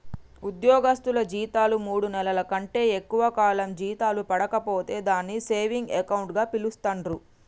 ఉద్యోగస్తులు జీతాలు మూడు నెలల కంటే ఎక్కువ కాలం జీతాలు పడక పోతే దాన్ని సేవింగ్ అకౌంట్ గా పిలుస్తాండ్రు